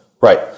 Right